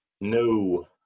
No